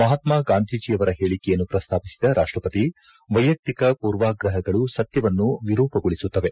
ಮಹಾತ್ಮ ಗಾಂಧಿಯವರ ಹೇಳಿಕೆಯನ್ನು ಪ್ರಸ್ತಾಪಿಸಿದ ರಾಷ್ಟಪತಿ ವೈಯಕ್ತಿಕ ಪೂರ್ವಗ್ರಹಗಳು ಸತ್ಯವನ್ನು ವಿರೂಪಗೊಳಿಸುತ್ತವೆ